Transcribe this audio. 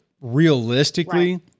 realistically